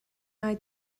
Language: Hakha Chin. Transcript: lai